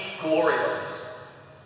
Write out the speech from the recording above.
glorious